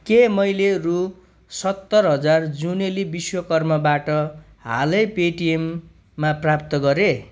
के मैले रु सत्तर हजार जुनेली विश्वकर्मबाट हालै पेटिएममा प्राप्त गरेँ